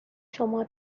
شما